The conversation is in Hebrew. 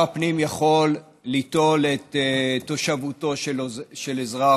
הפנים יכול ליטול את תושבותו של אזרח,